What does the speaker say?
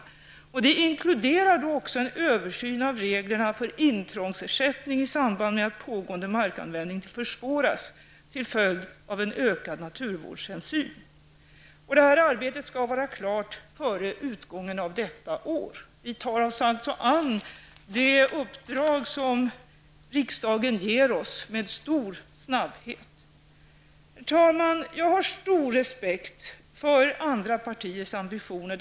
Utredningens uppdrag inkluderar också en översyn av reglerna för intrångsersättning i samband med att pågående markanvändning försvåras till följd av en ökad naturvårdshänsyn. Detta arbete skall vara klart före utgången av detta år. Vi tar oss alltså an det uppdrag som riksdagen ger oss med stor snabbhet. Herr talman! Jag har stor respekt för andra partiers ambitioner.